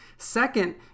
Second